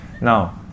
Now